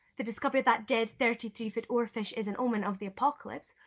the discovery of that dead thirty three foot oarfish is an omen of the apocalypse.